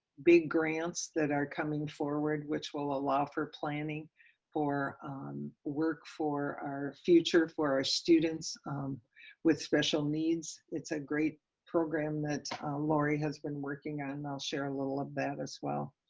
big grants that are coming forward, which will allow for planning for on work for our future for our students with special needs. it's a great program that's lori has been working on. i'll share a little of that as well,